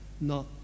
no